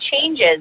changes